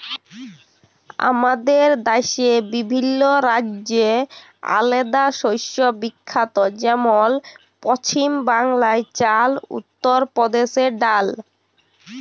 আমাদের দ্যাশে বিভিল্ল্য রাজ্য আলেদা শস্যে বিখ্যাত যেমল পছিম বাংলায় চাল, উত্তর পরদেশে ডাল